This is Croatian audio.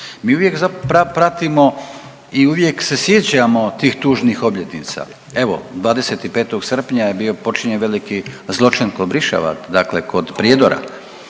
Mi uvijek pratimo i uvijek se sjećamo tih tužnih obljetnica, evo 25. srpnja je bio počinjen veliki zločin kod Briševa, dakle kod Prijedora,